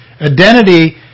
Identity